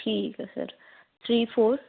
ਠੀਕ ਹੈ sir three four